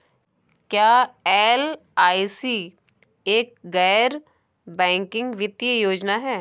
क्या एल.आई.सी एक गैर बैंकिंग वित्तीय योजना है?